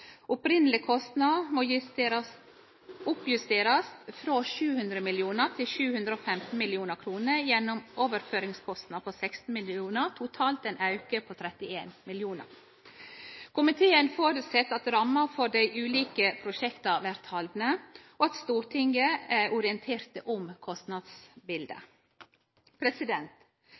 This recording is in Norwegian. må oppjusterast frå 700 mill. kr til 715 mill. kr pluss gjennomføringskostnader på 16 mill. kr, totalt ein auke på 31 mill. kr. Komiteen føreset at rammene for dei ulike prosjekta blir haldne, og at Stortinget er orientert om kostnadsbildet.